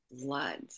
blood